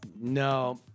No